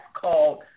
called